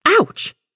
Ouch